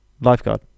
Lifeguard